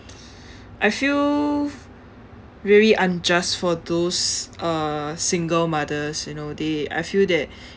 I feel really unjust for those uh single mothers you know they I feel that